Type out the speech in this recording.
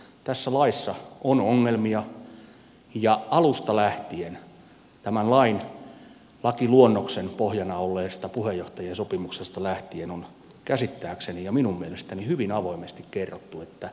tässä laissa on ongelmia ja alusta lähtien tämän lakiluonnoksen pohjana olleesta puheenjohtajien sopimuksesta lähtien on käsittääkseni ja minun mielestäni hyvin avoimesti kerrottu että tässä on perustuslaillisia ongelmia